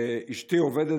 אשתי עובדת